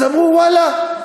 אז אמרו: ואללה,